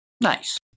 Nice